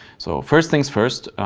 so first things first.